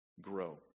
Grow